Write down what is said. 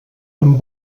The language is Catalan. amb